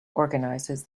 organises